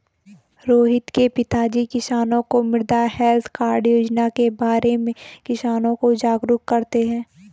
रोहित के पिताजी किसानों को मृदा हैल्थ कार्ड योजना के बारे में किसानों को जागरूक करते हैं